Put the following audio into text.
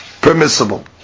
permissible